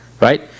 right